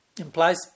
implies